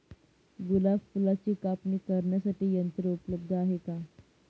गुलाब फुलाची कापणी करण्यासाठी यंत्र उपलब्ध आहे का?